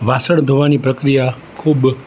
વાસણ ધોવાની પ્રક્રિયા ખૂબ